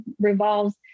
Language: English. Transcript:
revolves